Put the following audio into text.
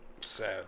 Sad